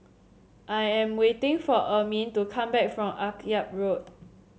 I am waiting for Ermine to come back from Akyab Road